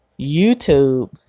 YouTube